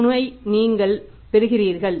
3 ஐ நீங்கள் பெற்றுள்ளீர்கள்